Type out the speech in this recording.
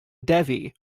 devi